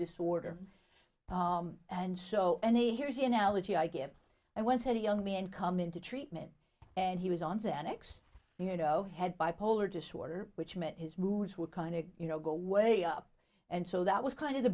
disorder and so any here's the analogy i give i once had a young man come into treatment and he was on xanax you know he had bipolar disorder which meant his moods would kind of you know go way up and so that was kind of the